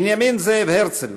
בנימין זאב הרצל,